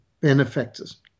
benefactors